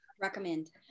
Recommend